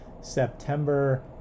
September